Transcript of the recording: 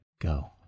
Go